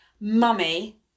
Mummy